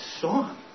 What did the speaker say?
song